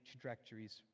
trajectories